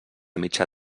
mitja